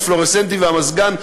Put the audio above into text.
בפלורוסנטים ובמזגן,